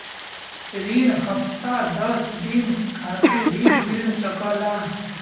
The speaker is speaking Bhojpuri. रिन हफ्ता दस दिन खातिर भी मिल जाला